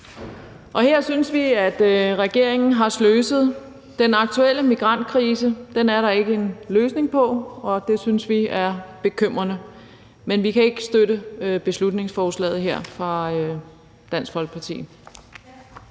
Her synes vi, at regeringen har sløset. Den aktuelle migrantkrise er der ikke en løsning på, og det synes vi er bekymrende, men vi kan ikke støtte beslutningsforslaget her fra Dansk Folkeparti.